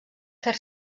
fer